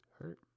hurt